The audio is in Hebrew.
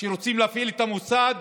רוצים להפעיל את המוסד